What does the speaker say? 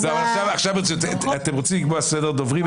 עכשיו ברצינות: אתם רוצים לקבוע סדר דוברים?